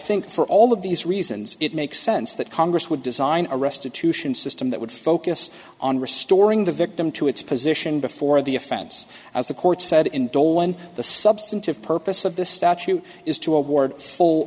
think for all of these reasons it makes sense that congress would design a restitution system that would focus on restoring the victim to its position before the offense as the court said in dolan the substantive purpose of this statute is to award full